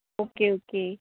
okay okay